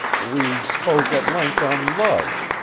we spoke at length on love,